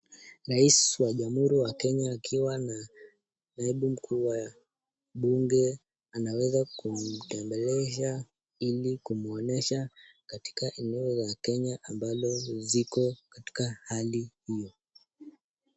Rais wa jamuhuri wa Kenya akiwa na, naibu mkuu wa bunge, anaweza kumtembelesha, ili kumwonesha, katika eneo la Kenya ambalo ziko, katika hali hio.